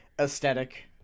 aesthetic